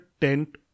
tent